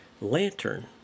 lantern